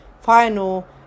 final